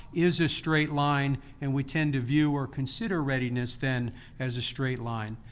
is a straight line. and we tend to view, or consider readiness, then as a straight line.